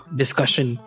discussion